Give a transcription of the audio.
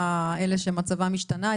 כשנבחנה ההצעה הזאת,